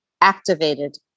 activated